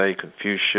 Confucius